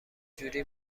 جوری